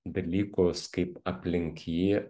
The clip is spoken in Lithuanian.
dalykus kaip aplink jį